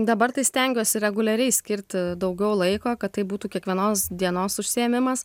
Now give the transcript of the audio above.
dabar tai stengiuosi reguliariai skirti daugiau laiko kad tai būtų kiekvienos dienos užsiėmimas